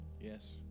Yes